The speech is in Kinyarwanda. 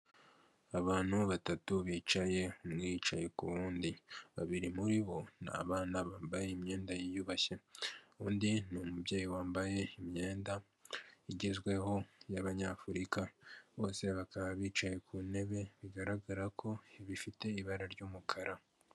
Abantu batatu bicaye, umwe yicaye ku wundi, babiri muri bo, ni abana bambaye imyenda yiyubashye, undi ni umubyeyi wambaye imyenda igezweho y'abanyafurika, bose bakaba bicaye ku ntebe bigaragara ko bifite ibara ry'umukara.